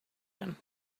him